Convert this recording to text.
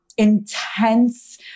intense